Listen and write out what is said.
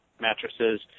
mattresses